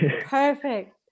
perfect